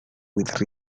with